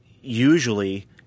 usually